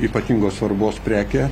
ypatingos svarbos prekė